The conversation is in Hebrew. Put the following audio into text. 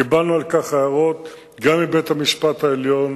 קיבלנו על כך הערות גם מבית-המשפט העליון